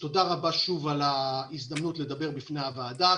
תודה רבה על ההזדמנות לדבר בפני הוועדה,